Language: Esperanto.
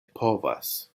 povas